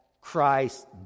Christ